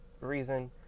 reason